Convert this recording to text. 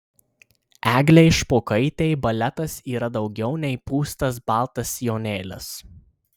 eglei špokaitei baletas yra daugiau nei pūstas baltas sijonėlis